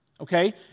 okay